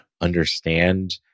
understand